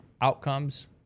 outcomes